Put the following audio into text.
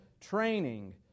training